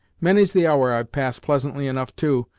many's the hour i've passed, pleasantly enough too,